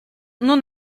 non